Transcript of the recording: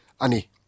Ani